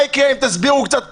מה יקרה אם תסבירו קצת פנים?